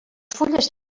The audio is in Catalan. fulles